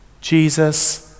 Jesus